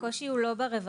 הקושי הוא לא ברווחה.